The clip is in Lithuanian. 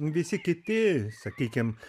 visi kiti sakykim